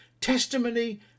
testimony